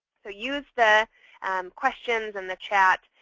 so use the questions and the chat.